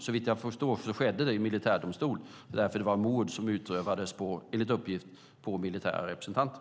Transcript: Såvitt jag förstår skedde det i militär domstol därför att det var mord som utfördes på, enligt uppgift, militära representanter.